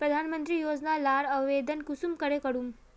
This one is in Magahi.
प्रधानमंत्री योजना लार आवेदन कुंसम करे करूम?